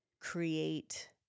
create